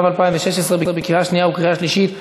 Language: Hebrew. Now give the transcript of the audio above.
התשע"ו 2016, לקריאה שנייה וקריאה שלישית.